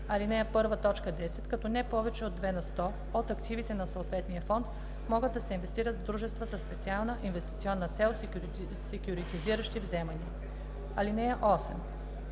ал. 1, т. 10, като не повече от 2 на сто от активите на съответния фонд могат да се инвестират в дружества със специална инвестиционна цел, секюритизиращи вземания. (8)